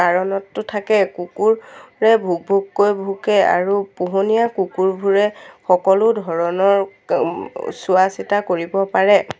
কাৰণতটো থাকে কুকুৰে ভোক ভোককৈ ভোকে আৰু পোহনীয়া কুকুৰবোৰে সকলো ধৰণৰ চোৱা চিতা কৰিব পাৰে